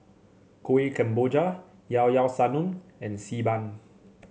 Kuih Kemboja Llao Llao Sanum and Xi Ban